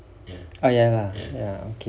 ah ya lah